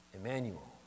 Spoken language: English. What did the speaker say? Emmanuel